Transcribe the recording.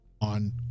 on